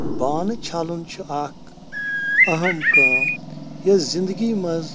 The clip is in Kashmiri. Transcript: بانہٕ چھَلُن چھُ اَکھ اَہم کٲم یس زِنٛدگی منٛز